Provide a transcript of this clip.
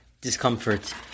discomfort